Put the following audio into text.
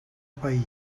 pair